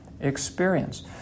experience